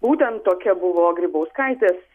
būtent tokia buvo grybauskaitės